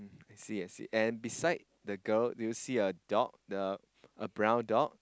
I see I see and beside the girl do you see a dog the a brown dog